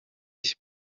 bwe